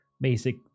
basic